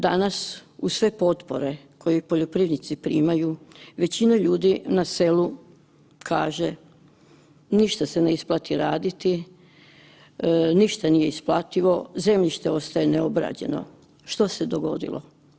Danas, uz sve potpore koje poljoprivrednici primaju većina ljudi na selu kaže, ništa se ne isplati raditi, ništa nije isplativo, zemljište ostaje neobrađeno, što se dogodilo.